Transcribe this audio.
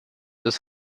das